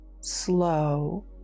slow